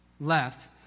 left